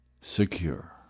secure